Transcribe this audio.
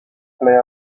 play